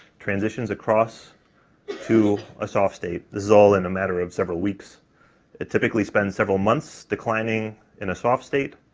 transitions across to a soft state this is all in a matter of several weeks it typically spends several months declining in a soft state,